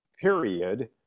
period